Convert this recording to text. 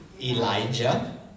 Elijah